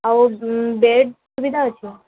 ଆଉ ବେଡ଼୍ ସୁବିଧା ଅଛି